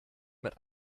mit